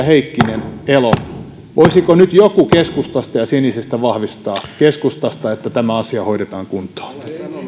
heikkinen elo voisiko nyt joku keskustasta ja sinisistä vahvistaa keskustasta että tämä asia hoidetaan kuntoon